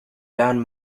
down